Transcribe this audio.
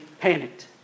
panicked